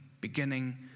beginning